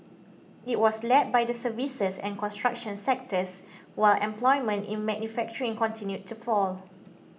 it was led by the services and construction sectors while employment in manufacturing continued to fall